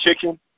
chicken